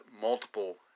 multiple